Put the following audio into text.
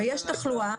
ויש תחלואה.